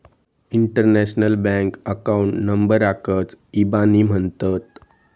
international bank account नंबराकच इबानी म्हणतत